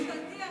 זה גוף ממשלתי,